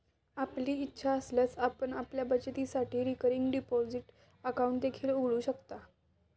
आपली इच्छा असल्यास आपण आपल्या बचतीसाठी रिकरिंग डिपॉझिट अकाउंट देखील उघडू शकता